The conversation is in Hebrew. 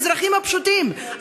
האזרחים הפשוטים,